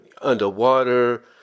underwater